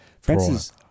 Francis